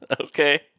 okay